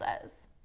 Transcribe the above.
says